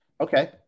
Okay